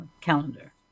calendar